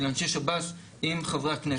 של אנשי שב"ס עם חברי הכנסת.